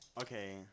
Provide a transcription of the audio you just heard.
Okay